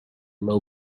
low